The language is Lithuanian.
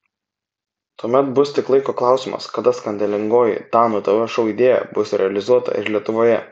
tuomet bus tik laiko klausimas kada skandalingoji danų tv šou idėja bus realizuota ir lietuvoje